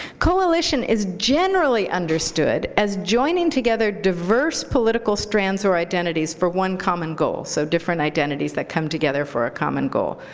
coalition is generally understood as joining together diverse political strands or identities for one common goal, so different identities that come together for a common goal.